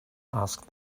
asked